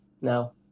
now